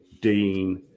Dean